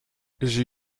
j’ai